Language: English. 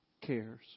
cares